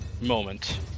moment